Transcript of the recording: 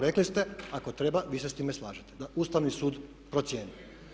Rekli ste ako treba vi se s time slažete da Ustavni sud procijeni.